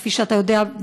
כפי שאתה יודע,